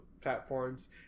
platforms